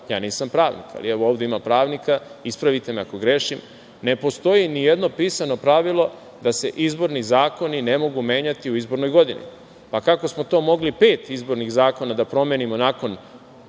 ja nisam pravnik, ali, evo, ovde ima pravnika, ispravite me ako grešim, ne postoji ni jedno pisano pravilo da se izborni zakoni ne mogu menjati u izbornoj godini. Kako smo to mogli, pet izbornih zakona da promenimo nakon